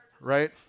Right